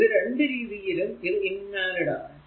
ഈ രണ്ടു രീതിയിലും ഇത് ഇൻ വാലിഡ് ആണ്